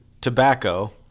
tobacco